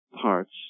parts